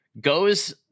goes